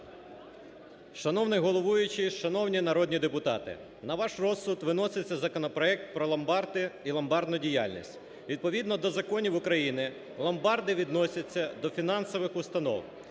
Шановний головуючий, шановні народні депутати, на ваш розсуд виноситься законопроект про ломбарди і ломбардну діяльність. Відповідно до законів України ломбарди відносяться до фінансових установ.